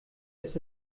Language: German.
ist